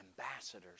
ambassadors